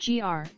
GR